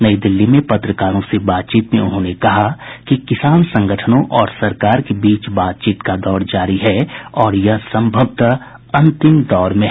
नई दिल्ली में पत्रकारों से बातचीत में श्री जावडेकर ने कहा कि किसान संगठनों और सरकार के बीच बातचीत का दौर जारी है और यह संभवतः अंतिम दौर में है